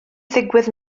ddigwydd